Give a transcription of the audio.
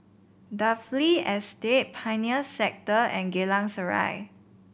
Dalvey Estate Pioneer Sector and Geylang Serai